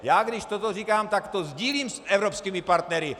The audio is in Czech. Já když toto říkám, tak to sdílím s evropskými partnery.